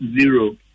zero